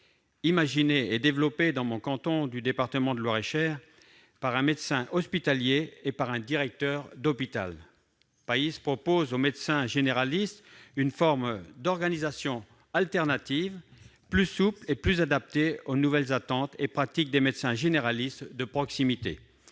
Imaginé et développé dans mon canton du département de Loir-et-Cher par un médecin hospitalier et un directeur d'hôpital, il propose aux médecins généralistes une forme d'organisation alternative, plus souple et plus adaptée aux nouvelles attentes et pratiques des médecins généralistes de proximité.